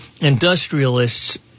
industrialists